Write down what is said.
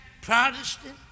Protestant